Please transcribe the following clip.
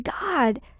God